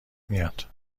میاد